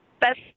Best